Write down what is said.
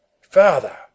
Father